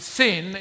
sin